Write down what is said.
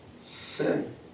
sin